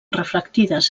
reflectides